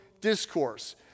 discourse